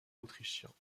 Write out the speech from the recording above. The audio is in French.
autrichiens